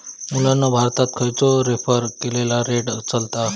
मुलांनो भारतात खयचो रेफर केलेलो रेट चलता?